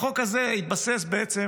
החוק הזה התבסס בעצם